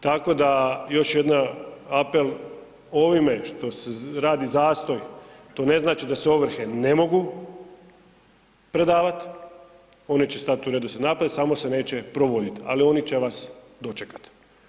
Tako da, još jedna apel, ovime što se radi zastoj, to ne znači da se ovrhe ne mogu predavati, one će stati u redoslijed naplate, samo se neće provoditi, ali oni će vas dočekati.